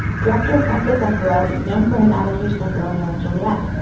director franco zeffirelli, known for his adaptation of romeo and juliet,